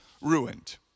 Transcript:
ruined